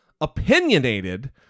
opinionated